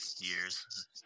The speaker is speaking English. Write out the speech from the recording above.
years